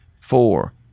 four